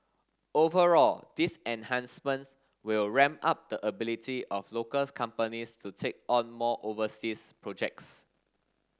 overall these enhancements will ramp up the ability of locals companies to take on more overseas projects